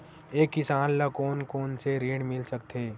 एक किसान ल कोन कोन से ऋण मिल सकथे?